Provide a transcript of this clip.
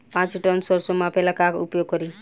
पाँच टन सरसो मापे ला का उपयोग करी?